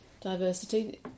diversity